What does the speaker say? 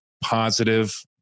positive